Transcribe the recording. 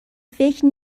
فکر